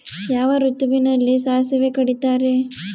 ಯಾವ ಋತುವಿನಲ್ಲಿ ಸಾಸಿವೆ ಕಡಿತಾರೆ?